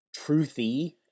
truthy